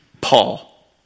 Paul